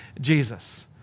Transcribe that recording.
Jesus